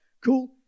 cool